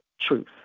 truth